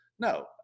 No